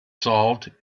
solved